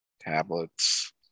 tablets